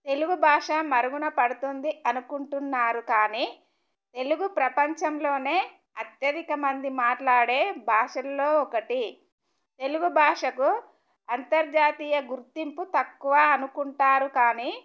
తెలుగు భాష మరుగున పడుతుంది అనుకుంటున్నారు కానీ తెలుగు ప్రపంచంలోనే అత్యధికమంది మాట్లాడే భాషల్లో ఒకటి తెలుగు భాషకు అంతర్జాతీయ గుర్తింపు తక్కువ అనుకుంటారు కానీ